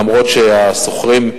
אף-על-פי שהמשכירים,